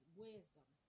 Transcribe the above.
wisdom